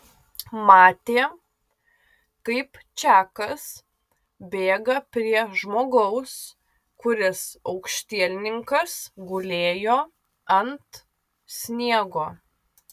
matė kaip čakas bėga prie žmogaus kuris aukštielninkas gulėjo ant sniego